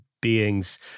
beings